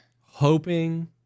hoping